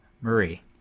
Marie